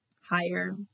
higher